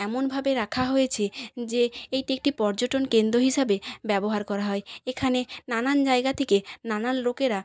এমনভাবে রাখা হয়েছে যে এইটি একটি পর্যটন কেন্দ্র হিসাবে ব্যবহার করা হয় এখানে নানান জায়গা থেকে নানান লোকেরা